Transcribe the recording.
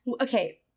Okay